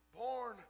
born